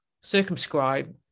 circumscribe